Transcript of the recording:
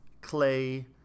clay